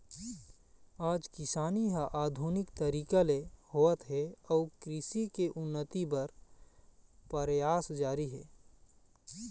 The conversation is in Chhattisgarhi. आज किसानी ह आधुनिक तरीका ले होवत हे अउ कृषि के उन्नति बर परयास जारी हे